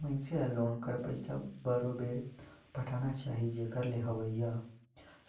मइनसे ल लोन कर पइसा बरोबेर पटाना चाही जेकर ले अवइया